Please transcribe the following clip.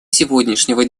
сегодняшнего